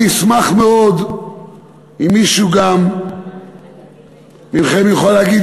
אני אשמח מאוד אם מישהו גם מכם יכול להגיד